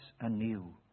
anew